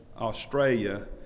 Australia